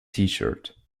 shirt